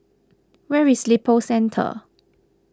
where is Lippo Centre